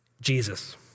Jesus